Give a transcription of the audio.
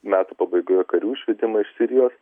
metų pabaigoje karių išvedimą iš sirijos